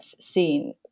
seen